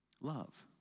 Love